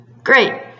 Great